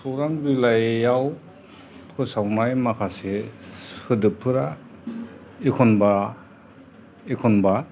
खौरां बिलाइयाव फोसावनाय माखासे सोदोबफोरा एखनबा एखनबा